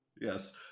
Yes